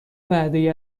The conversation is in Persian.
وعده